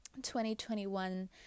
2021